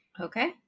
Okay